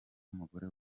umugore